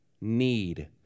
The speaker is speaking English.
need